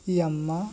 Yamaha